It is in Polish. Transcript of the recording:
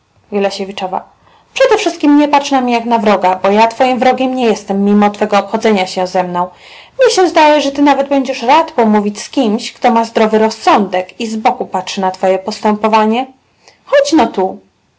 chcesz przedewszystkiem nie patrz na mnie jak na wroga bo ja twoim wrogiem nie jestem mimo twego obchodzenia się ze mną mnie się zdaje że ty nawet będziesz rad pomówić z kimś kto ma zdrowy rozsądek i z boku patrzy na twoje postępowanie chodź no tu